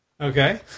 Okay